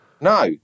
No